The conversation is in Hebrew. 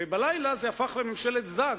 ובלילה זה הפך לממשלת זג,